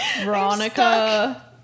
Veronica